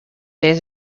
days